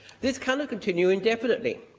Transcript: this cannot continue indefinitely,